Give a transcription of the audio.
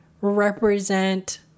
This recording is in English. represent